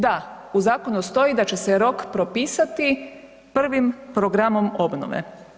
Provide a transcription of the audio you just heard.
Da, u zakonu stoji da će se rok propisati prvim programom obnove.